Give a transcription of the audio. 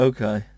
Okay